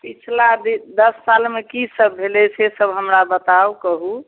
पिछला दस सालमे की सभ भेलै से सभ हमरा बताउ कहु